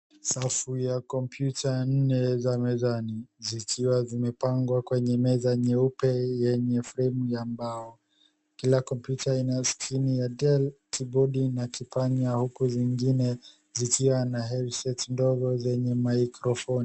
Safu ya kompyuta nne za mezani zikiwa zimepangwa kwenye meza nyeupe yenye frame ya mbao. Kila kompyuta ina skrini ya Dell , keyboard na kipanya huku zingine zikiwa na headset ndogo zenye microphone .